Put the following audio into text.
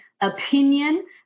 opinion